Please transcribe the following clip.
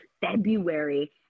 February